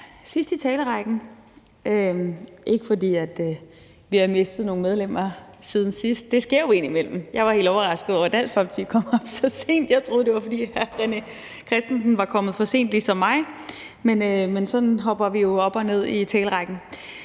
sidst i talerrækken – ikke fordi vi har mistet nogle medlemmer siden sidst. Det sker jo indimellem. Jeg blev helt overrasket over, at Dansk Folkeparti kommer så sent på – jeg troede, det var, fordi hr. René Christensen var kommet for sent ligesom mig. Men sådan hopper vi jo op og ned i talerrækken.